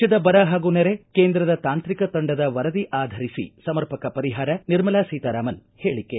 ರಾಜ್ಯದ ಬರ ಹಾಗೂ ನೆರೆ ಕೇಂದ್ರದ ತಾಂತ್ರಿಕ ತಂಡದ ವರದಿ ಆಧರಿಸಿ ಸಮರ್ಪಕ ಪರಿಹಾರ ನಿರ್ಮಲಾ ಸೀತಾರಾಮನ್ ಹೇಳಿಕೆ